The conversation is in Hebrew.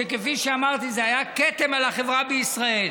וכפי שאמרתי, זה היה כתם על החברה בישראל.